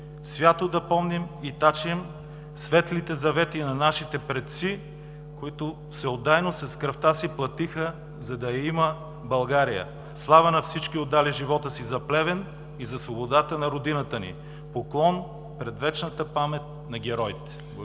свято да помним и тачим светлите завети на нашите предци, които всеотдайно с кръвта си платиха, за да я има България. Слава на всички, отдали живота си за Плевен и за свободата на Родината ни! Поклон пред вечната памет на героите! Благодаря